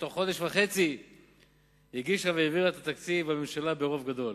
ובתוך חודש וחצי הגישה והעבירה את התקציב בממשלה ברוב גדול.